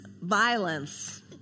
violence